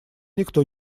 никто